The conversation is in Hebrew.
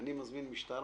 אני מזמין משטרה.